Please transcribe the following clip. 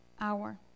hour